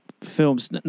films